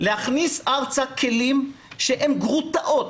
להכניס ארצה כלים שהם גרוטאות.